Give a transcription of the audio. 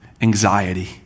anxiety